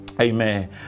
Amen